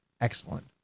Excellent